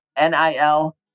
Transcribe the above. NIL